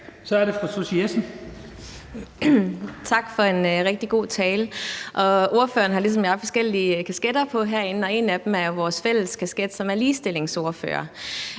Kl. 12:24 Susie Jessen (DD): Tak for en rigtig god tale. Ordføreren har ligesom jeg forskellige kasketter på herinde, og en af dem er jo vores fælles kasket, som er ligestillingsordførerkasketten.